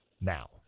now